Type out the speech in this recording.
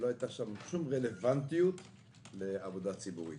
שלא הייתה שם שום רלוונטיות לעבודה ציבורית.